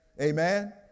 Amen